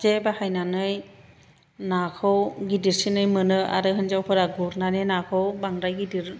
जे बाहायनानै नाखौ गिदिरसिनै मोनो आरो हिनजावफोरा गुरनानै नाखौ बांद्राय गिदिर